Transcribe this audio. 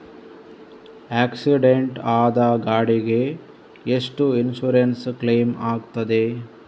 Accident ಆದ ಗಾಡಿಗೆ ಎಷ್ಟು ಇನ್ಸೂರೆನ್ಸ್ ಕ್ಲೇಮ್ ಆಗ್ತದೆ?